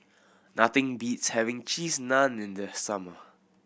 nothing beats having Cheese Naan in the summer